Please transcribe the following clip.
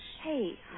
Hey